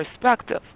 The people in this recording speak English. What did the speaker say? perspective